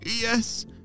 Yes